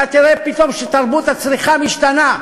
אתה תראה פתאום שתרבות הצריכה משתנה,